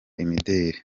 imideri